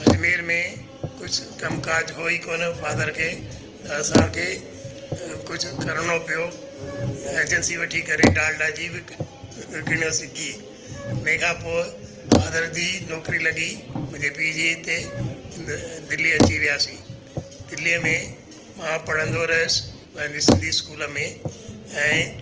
अजमेर में कुझु कम काज हो ई कोन फादर खे त असांखे कुझु करिणो पियो एजेंसी वठी करे डालडा जी विक विकिणियोसीं गिहु उन खां पोइ फादर जी नौकरी लॻी मुंहिंजे पीउ जी हिते दिल्ली अची वियासीं दिल्लीअ में मां पढ़ंदो रहियुसि पंहिंजी सिंधी स्कूल में ऐं